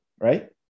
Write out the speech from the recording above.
right